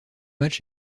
match